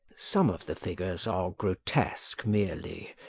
some of the figures are grotesque merely,